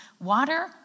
water